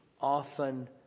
often